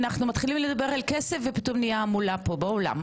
אנחנו מתחילים לדבר על כסף ופתאום נהית המולה באולם.